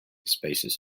spaces